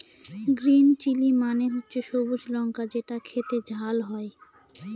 green chili মানে হচ্ছে সবুজ লঙ্কা যেটা খেতে ঝাল হয়